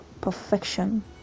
perfection